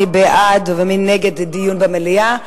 מי בעד ומי נגד דיון במליאה?